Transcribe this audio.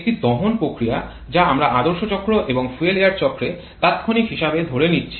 একটি দহন প্রতিক্রিয়া যা আমরা আদর্শ চক্র এবং ফুয়েল এয়ার চক্রে তাত্ক্ষণিক হিসাবে ধরে নিচ্ছি